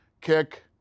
kick